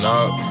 up